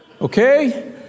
okay